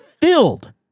filled